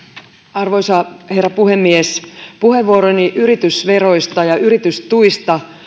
arvoisa herra puhemies puheenvuoroni yritysveroista ja yritystuista